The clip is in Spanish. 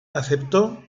aceptó